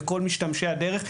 לכל משתמשי הדרך,